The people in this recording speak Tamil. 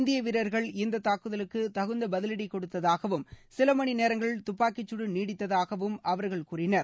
இந்திய வீரர்கள் இந்த தாக்குதலுக்கு தகுந்த பதிவடி கொடுத்ததாகவும் சில மணி நேரங்கள் துப்பாக்கிச்சூடு நீடித்ததாகவும் அவர்கள் கூறினர்